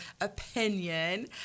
opinion